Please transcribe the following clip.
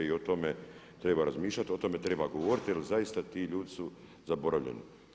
I o tome treba razmišljati, o tome treba govoriti jer zaista ti ljudi su zaboravljeni.